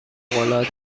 العاده